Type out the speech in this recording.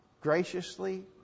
graciously